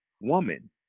woman